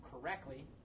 correctly